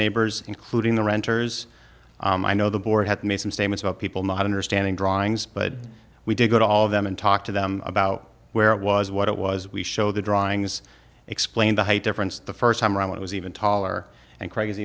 neighbors including the renters i know the board had made some statements about people not understanding drawings but we did go to all of them and talk to them about where it was what it was we show the drawings explain the height difference the st time around it was even taller and crazy